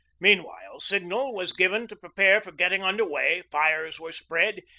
mean while, signal was given to prepare for getting under way, fires were spread,